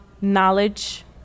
knowledge